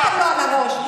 הלכתם לו על הראש.